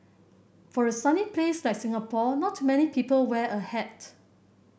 for a sunny place like Singapore not many people wear a hat